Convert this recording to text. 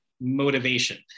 motivation